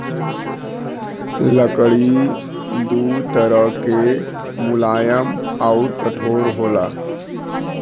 लकड़ी दू तरह के मुलायम आउर कठोर होला